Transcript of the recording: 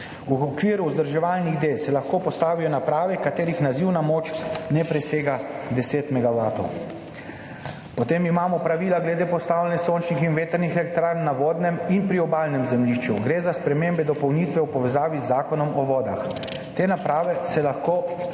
V okviru vzdrževalnih del se lahko postavijo naprave, katerih nazivna moč ne presega 10 megavatov. Potem imamo pravila glede postavljanja sončnih in vetrnih elektrarn na vodnem in priobalnem zemljišču. Gre za spremembe, dopolnitve v povezavi z Zakonom o vodah. Te naprave se lahko postavijo